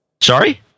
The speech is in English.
Sorry